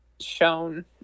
shown